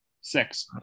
Six